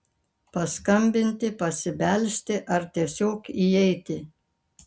paskambinti pasibelsti ar tiesiog įeiti